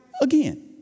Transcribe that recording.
again